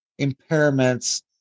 impairments